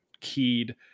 keyed